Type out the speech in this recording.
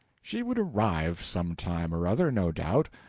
she would arrive some time or other, no doubt,